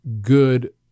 good